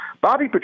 Bobby